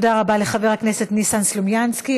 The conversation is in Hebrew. תודה רבה לחבר הכנסת ניסן סלומינסקי.